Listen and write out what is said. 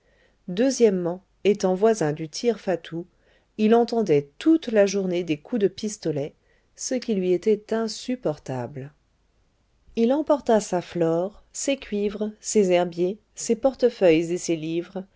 deuxièmement étant voisin du tir fatou il entendait toute la journée des coups de pistolet ce qui lui était insupportable il emporta sa flore ses cuivres ses herbiers ses portefeuilles et ses livres